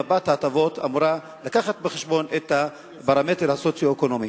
מפת ההטבות אמורה להביא בחשבון את הפרמטר הסוציו-אקונומי.